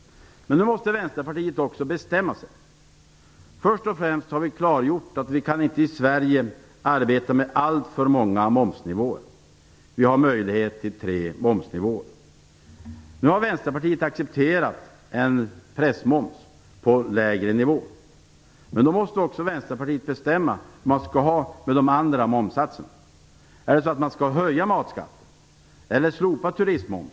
Men Vänsterpartiet måste också bestämma sig. Först och främst har vi klargjort att vi i Sverige inte kan arbeta med alltför många momsnivåer. Vi har möjlighet till tre momsnivåer. Nu har Vänsterpartiet accepterat en pressmoms på lägre nivå. Men då måste också Vänsterpartiet bestämma sig hur man skall ha det med de andra momssatserna.